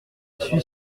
suis